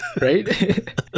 right